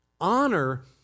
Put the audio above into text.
Honor